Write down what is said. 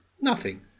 Nothing